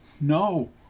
No